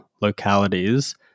localities